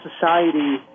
society